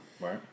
Right